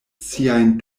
siajn